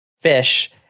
fish